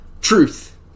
truth